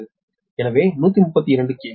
8 எனவே 132 KV